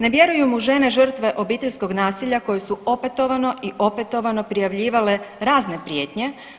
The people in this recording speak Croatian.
Ne vjeruju mu žene žrtve obiteljskog nasilja koje su opetovano i opetovano prijavljivale razne prijetnje.